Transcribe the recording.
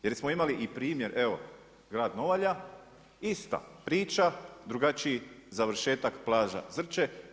Jer smo imali i primjer, evo grad Novalja ista priča drugačiji završetak plaža Zrče.